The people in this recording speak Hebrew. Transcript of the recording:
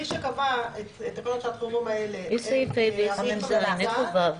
מי שקבע את תקנות שעת חירום האלה היא הרשות המבצעת.